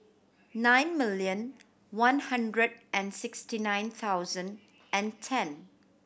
nine million one hundred and sixty nine thousand and ten